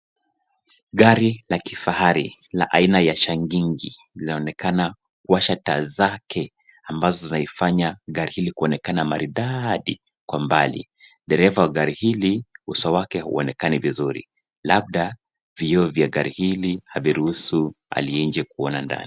Gari la kifahari la aina ya shangingi laonekana kuwasha taa zake ambazo zaifanya gari hili kuonekana maridadi kwa mbali. Dereva wa gari hili, uso wake huonekani vizuri labda vioo vya gari hili haviruhusu aliye nje kuona ndani.